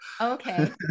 Okay